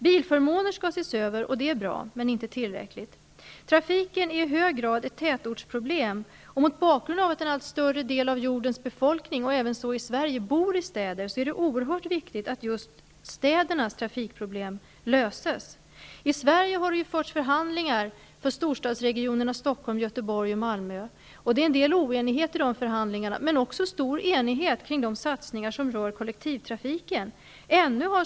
Bilförmåner skall ses över, och det är bra, men inte tillräckligt. Trafiken är i hög grad ett tätortsproblem. Mot bakgrund av att en allt större del av jordens befolkning, och så även i Sverige, bor i städer, är det oerhört viktigt att just städernas trafikproblem löses. Det har ju förts förhandlingar i Sverige för storstadsregionerna Stockholm, Göteborg och Malmö. Det finns en del oenigheter i dessa förhandlingar, men också stor enighet kring de satsningar som rör kollektivtrafiken.